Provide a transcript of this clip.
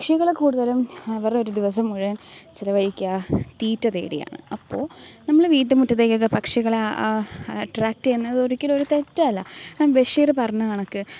പക്ഷികൾ കൂടുതലും അവരുടെ ഒരു ദിവസം മുഴുവൻ ചെലവഴിക്കുക തീറ്റ തേടിയാണ് അപ്പോൾ നമ്മളെ വീട്ടുമുറ്റത്തേക്കൊക്കെ പക്ഷികളെ അക്ട്രാക്ട് ചെയ്യുന്നത് ഒരിക്കലും ഒരു തെറ്റല്ല ഏൻ ബഷീർ പറഞ്ഞ കണക്ക്